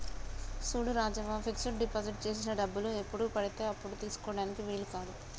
చూడు Rajavva fix deposit చేసిన డబ్బులు ఎప్పుడు పడితే అప్పుడు తీసుకుటానికి వీలు కాదు